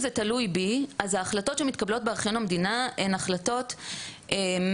שבלא מעט מקרים אנשים מקבלים החלטות על דעת עצמם,